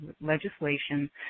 legislation